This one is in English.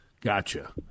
Gotcha